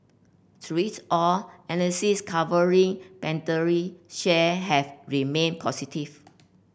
through it all analysts covering Pandora share have remained positive